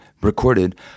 recorded